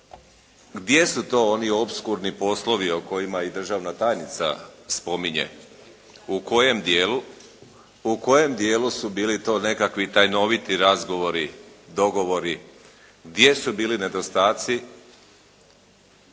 Gdje su to oni opskurni poslovi o kojima i državna tajnica spominje? U kojem dijelu su bili nekakvi tajnoviti razgovori, dogovori? Gdje su bili nedostaci?